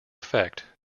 effect